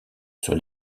sur